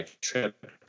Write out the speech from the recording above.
trip